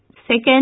Second